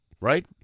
right